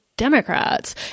Democrats